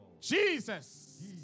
Jesus